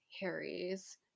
Harry's